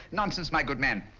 nonsense, my good man.